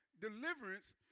deliverance